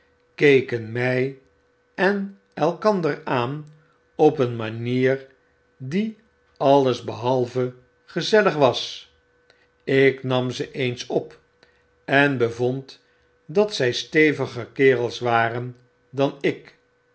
my en elkander aan op een manier die alles behalve gezellig was ik nam ze eens op en bevond dat zysteviger kerels waren dan ik